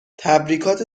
تبریکات